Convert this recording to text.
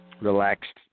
relaxed